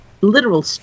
literal